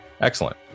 Excellent